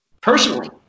personally